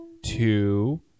Two